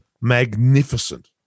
magnificent